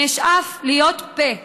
אני אשאף להיות פה,